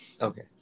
okay